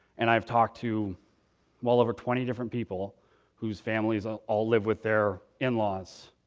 and i've talked to well over twenty different people whose families ah all live with their in-laws.